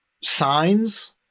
signs